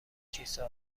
کیسه